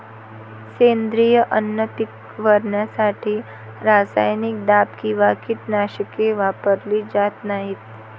सेंद्रिय अन्न पिकवण्यासाठी रासायनिक दाब किंवा कीटकनाशके वापरली जात नाहीत